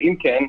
אם כן,